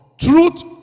truth